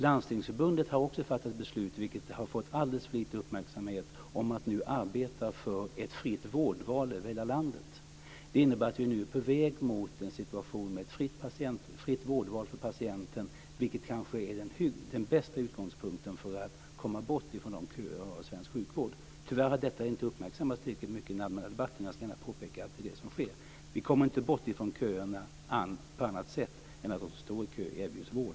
Landstingsförbundet har också fattat beslut, vilket har fått alldeles för lite uppmärksamhet, om att nu arbeta för ett fritt vårdval över hela landet. Det innebär att vi nu är på väg mot en situation med ett fritt vårdval för patienten, vilket kanske är den bästa utgångspunkten för att komma bort från de köer vi har i svensk sjukvård. Tyvärr har detta inte uppmärksammats tillräckligt mycket i den allmänna debatten, och jag ska gärna påpeka att det är det som sker. Vi kommer inte bort från köerna på annat sätt än att de som står i kö erbjuds vård.